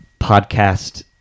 podcast